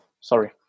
sorry